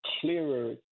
clearer